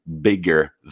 bigger